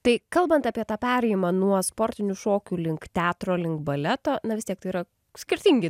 tai kalbant apie tą perėjimą nuo sportinių šokių link teatro link baleto na vis tiek tai yra skirtingi